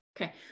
Okay